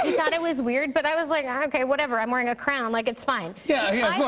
he thought it was weird, but i was, like, okay. whatever. i'm wearing a crown. like, it's fine. yeah. yeah.